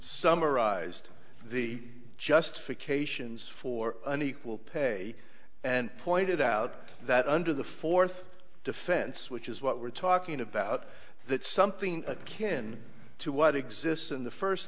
summarized the justification for unequal pay and pointed out that under the fourth defense which is what we're talking about that something akin to what exists in the first